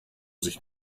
sich